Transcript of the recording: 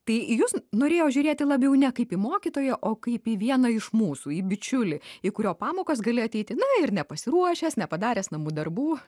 tai į jūs norėjo žiūrėti labiau ne kaip į mokytoją o kaip į vieną iš mūsų į bičiulį į kurio pamokas gali ateiti na ir nepasiruošęs nepadaręs namų darbų